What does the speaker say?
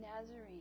Nazarene